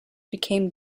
became